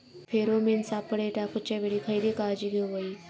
Pheromone सापळे टाकूच्या वेळी खयली काळजी घेवूक व्हयी?